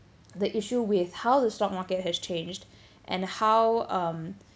the issue with how the stock market has changed and how um